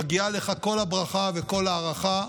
מגיעות לך כל הברכה וכל ההערכה.